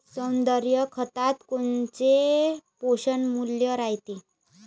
सेंद्रिय खतात कोनचे पोषनमूल्य रायते?